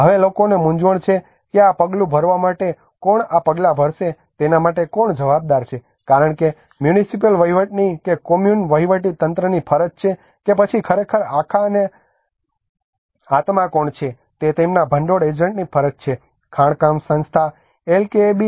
હવે લોકોને મૂંઝવણ છે કે આ પગલું ભરવા માટે કોણ આ પગલા ભરશે તેના માટે કોણ જવાબદાર છે કારણ કે તે મ્યુનિસિપલ વહીવટની કે કોમ્યુન વહીવટીતંત્રની ફરજ છે કે પછી ખરેખર આખા અને આત્મા કોણ છે તે તેમના ભંડોળ એજન્ટની ફરજ છે ખાણકામ સંસ્થા એલકેએબી